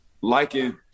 liking